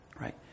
Right